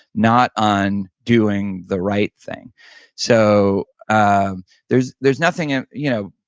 not on doing the right thing so um there's there's nothing, and you know